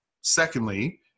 Secondly